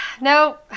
No